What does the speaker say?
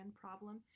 problem